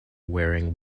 wearing